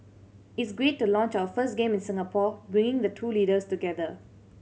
it's great to launch our first game in Singapore bringing the two leaders together